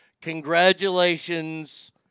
Congratulations